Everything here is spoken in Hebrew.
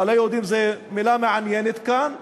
"לא יהודיים" זאת מילה מעניינת כאן,